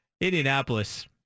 Indianapolis